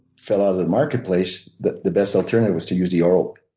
fell out of the marketplace, the the best alternative was to use the oral.